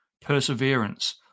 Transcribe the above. perseverance